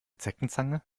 zeckenzange